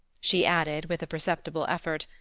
she added with a perceptible effort,